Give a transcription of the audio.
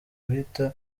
guhita